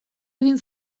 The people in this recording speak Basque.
egin